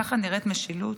ככה נראית משילות?